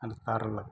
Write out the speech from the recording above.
നടത്താറുള്ളത്